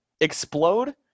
explode